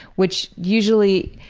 which usually.